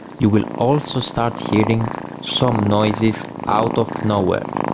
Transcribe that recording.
you will also start hearing some noises out of nowhere.